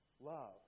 love